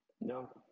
No